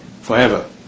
forever